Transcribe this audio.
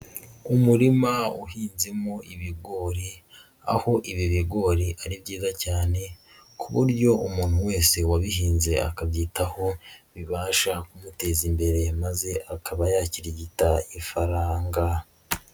Umurima uhinzemo ibigori aho ibi bigori ari byiza cyane ku buryo umuntu wese wabihinze, akabyitaho bibasha kumuteza imbere maze akaba yakirigita ifaranga.